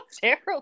terrible